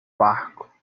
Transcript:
barco